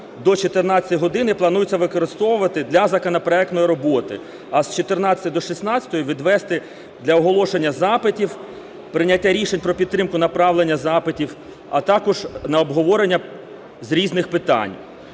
до 14:00 години планується використовувати для законопроектної роботи, а з 14:00 до 16:00 відвести для оголошення запитів, прийняття рішень про підтримку, направлення запитів, а також на обговорення з різних питань.